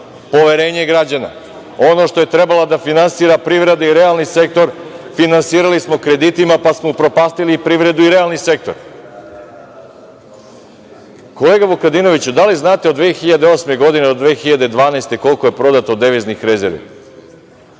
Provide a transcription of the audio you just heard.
poverenje građana. Ono što je trebala da finansira privreda i realni sektor, finansirali smo kreditima pa smo upropastili privredu i realni sektor. Kolega Vukadinoviću, da li znate od 2008. do 2012. godine koliko je prodato deviznih rezervi?